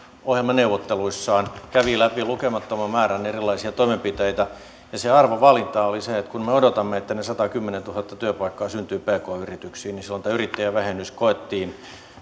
ohjelmaneuvotteluissaan kävi läpi lukemattoman määrän erilaisia toimenpiteitä ja se arvovalinta oli se että kun me odotamme että ne satakymmentätuhatta työpaikkaa syntyvät pk yrityksiin niin silloin tämä yrittäjävähennys koettiin